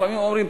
לפעמים אומרים,